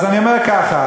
אז אני אומר ככה: